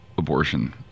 abortion